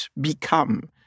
become